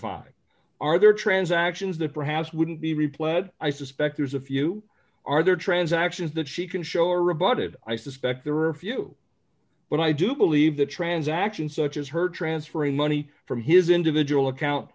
fifteen are there transactions that perhaps wouldn't be replanted i suspect there's a few are there transactions that she can show or rebutted i suspect there are a few but i do believe the transaction such as her transferring money from his individual account